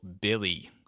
Billy